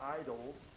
idols